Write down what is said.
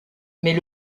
mais